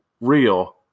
real